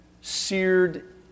seared